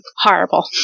horrible